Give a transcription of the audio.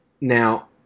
Now